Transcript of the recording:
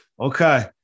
Okay